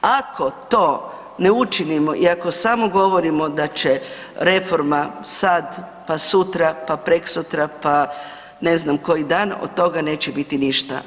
Ako to ne učinimo i ako samo govorimo da će reforma sad, pa sutra, pa prekosutra, pa ne znam koji dan, od toga neće biti ništa.